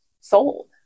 sold